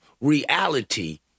reality